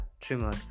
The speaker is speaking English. trimmer